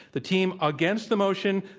the team against the motion,